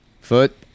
Foot